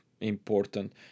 important